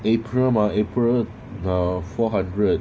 april mah april 拿 four hundred